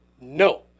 no